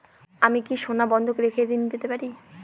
আমি কি সোনা বন্ধক রেখে ঋণ পেতে পারি?